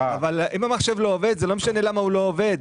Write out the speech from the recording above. אם המחשב לא עובד זה לא משנה למה הוא לא עובד,